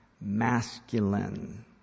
masculine